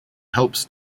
helps